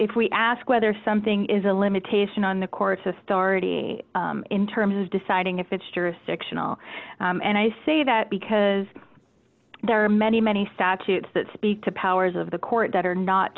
if we ask whether something is a limitation on the court's authority in terms of deciding if it's jurisdictional and i say that because there are many many statutes that speak to powers of the court that are not